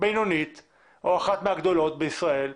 אחת מהגדולות בישראל,